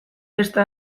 beste